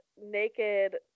naked